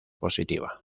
positiva